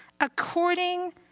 According